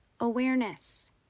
Awareness